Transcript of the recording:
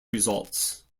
results